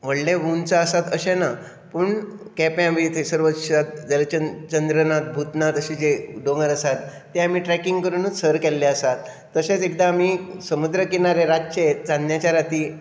व्हडले ऊंच आसात अशें ना पूण केप्यां बी थंयसर वचशात जाल्या चंद्र चंद्रनाथ भूतनाथ अशे जे डोंगर आसात ते आमी ट्रॅकींग करूनच सर केल्ले आसात तशेंच एकदां आमी समुद्र किनारे रातचे चान्न्याच्या राती